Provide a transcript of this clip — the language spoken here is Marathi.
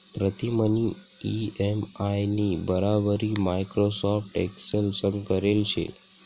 प्रीतमनी इ.एम.आय नी बराबरी माइक्रोसॉफ्ट एक्सेल संग करेल शे